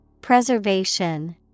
Preservation